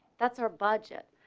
that's our budget.